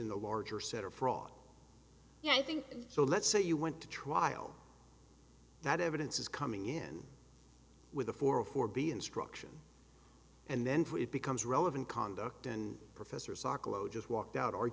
in the larger set of fraud yeah i think so let's say you went to trial now the evidence is coming in with a for a for b instruction and then for it becomes relevant conduct and professor sokolow just walked out